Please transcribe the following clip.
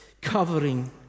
covering